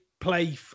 play